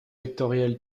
vectoriel